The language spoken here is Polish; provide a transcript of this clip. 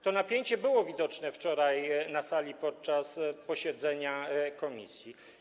To napięcie było widoczne wczoraj na sali, podczas posiedzenia komisji.